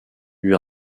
lui